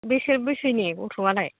बेसे बैसेनि गथ'आलाय